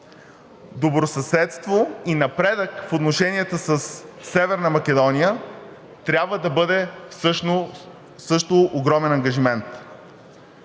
Добросъседство и напредък в отношенията със Северна Македония трябва също да бъде огромен ангажимент.